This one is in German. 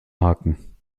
haken